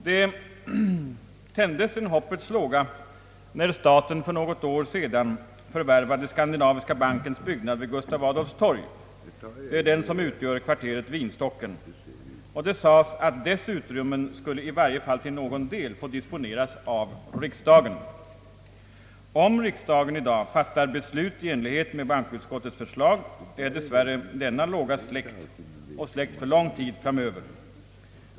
Det tändes en hoppets låga när staten för något år sedan förvärvade Skandinaviska bankens byggnad vid Gustav Adolfs torg. Det är den som utgör kvarteret Vinstocken, och man sade att dess utrymmen skulle i varje fall till någon del få disponeras av riksdagen. Om riksdagen i dag fattar beslut i enlighet med bankoutskottets förslag är dessvärrre denna låga släckt — och släckt för lång tid framöver.